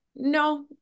no